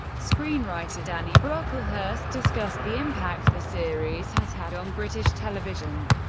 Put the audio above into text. screenwriter danny brocklehurst discussed the impact the series has had on british television,